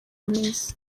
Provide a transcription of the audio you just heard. minsi